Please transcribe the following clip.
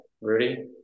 Rudy